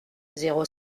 zéro